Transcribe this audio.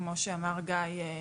כמו שאמר גיא,